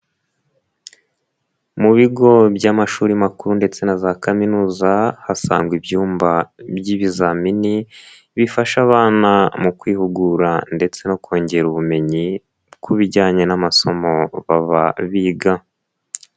Mu bigo by'amashuri makuru ndetse na za kaminuza, hasanga ibyumba by'ibizamini, bifasha abana mu kwihugura ndetse no kongera ubumenyi, ku bijyanye n'amasomo baba biga.